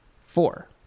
Four